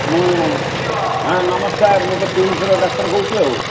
ମୁଁ ହଁ ନମସ୍କାର ମୁଁ ତ କିମ୍ସର ଡାକ୍ତର କହୁଛି ଆଉ